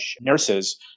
nurses